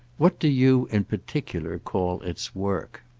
what do you, in particular, call its work?